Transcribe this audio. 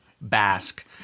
Basque